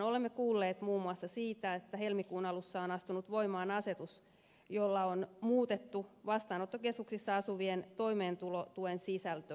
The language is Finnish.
olemme kuulleet muun muassa siitä että helmikuun alussa on astunut voimaan asetus jolla on muutettu vastaanottokeskuksissa asuvien toimeentulotuen sisältöä